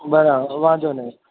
બરાબર વાંધો નહીં